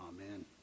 Amen